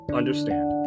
understand